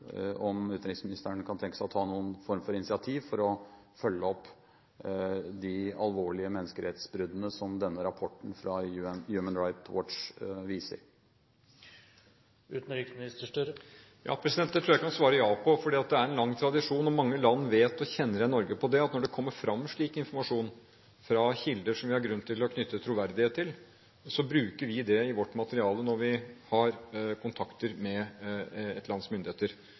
om utenriksministeren kan tenke seg å ta noen form for initiativ for å følge opp de alvorlige menneskerettsbruddene som denne rapporten fra Human Rights Watch viser. Det tror jeg jeg kan svare ja på, fordi det er en lang tradisjon, og mange land vet og kjenner igjen Norge på det at når det kommer fram slik informasjon fra kilder som vi har grunn til å knytte troverdighet til, bruker vi det i vårt materiale når vi har kontakt med et lands myndigheter.